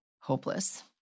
hopeless